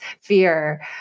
fear